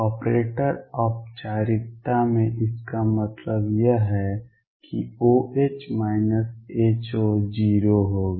operator औपचारिकता में इसका मतलब यह है कि OH HO 0 होगा